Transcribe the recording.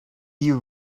you